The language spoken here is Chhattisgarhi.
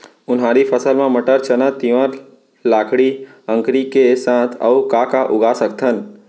उनहारी फसल मा मटर, चना, तिंवरा, लाखड़ी, अंकरी के साथ अऊ का का उगा सकथन?